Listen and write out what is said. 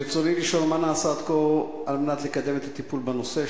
רצוני לשאול: 1. מה נעשה עד כה על מנת לקדם את הטיפול בנושא?